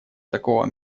такого